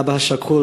האב השכול,